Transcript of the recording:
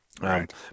Right